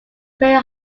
prayer